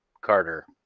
carter